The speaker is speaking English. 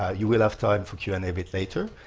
ah you will have time for q and a a bit later,